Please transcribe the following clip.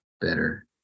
better